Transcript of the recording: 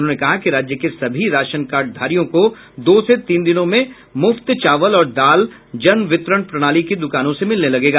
उन्होंने कहा कि राज्य के सभी राशन कार्डधारियों को दो से तीन दिनों में मुफ्त चावल और दाल जन वितरण प्रणाली की दुकानों से मिलने लगेगा